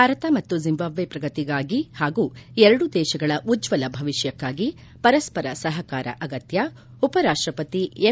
ಭಾರತ ಮತ್ತು ಜಿಂಬಾಬ್ಲೆ ಪ್ರಗತಿಗಾಗಿ ಹಾಗೂ ಎರಡೂ ದೇಶಗಳ ಉಜ್ವಲ ಭವಿಷ್ಣಕ್ಕಾಗಿ ಪರಸ್ಪರ ಸಹಕಾರ ಅಗತ್ಯ ಉಪರಾಪ್ಪಪತಿ ಎಂ